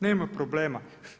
Nema problema.